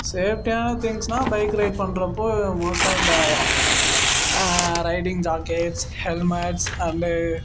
சேஃப்ட்டியான திங்க்ஸுனா bike ride பண்ணுறப்போ மோஸ்ட்டாக இந்த ரைடிங் ஜாக்கெட்ஸ் ஹெல்மெட்ஸ் அண்டு